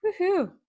Woohoo